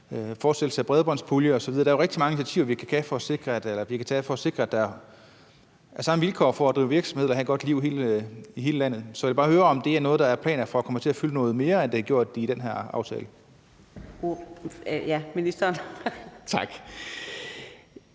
fortsættelse af bredbåndspuljen osv. Der er jo rigtig mange initiativer, vi kan tage for at sikre, at der er de samme vilkår for at drive virksomhed og for at have et godt liv i hele landet. Så jeg vil bare høre, om det er noget, som der er planer om skal komme til at fylde noget mere, end det gør i den her aftale. Kl. 14:23 Fjerde